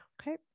Okay